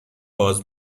باز